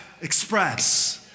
express